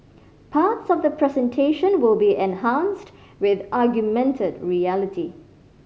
parts of the presentation will be enhanced with augmented reality